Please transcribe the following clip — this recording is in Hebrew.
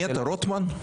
נהיית רוטמן?